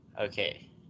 Okay